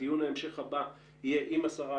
דיון ההמשך הבא יהיה עם השרה